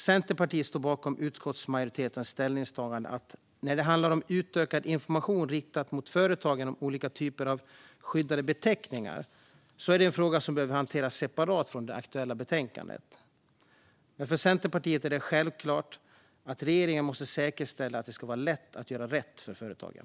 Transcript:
Centerpartiet står bakom utskottsmajoritetens ställningstagande när det handlar om utökad information riktad mot företagen om olika typer av skyddade beteckningar. Det är en fråga som behöver hanteras separat från det aktuella betänkandet. Men för Centerpartiet är det självklart att regeringen måste säkerställa att det ska vara lätt att göra rätt för företagen.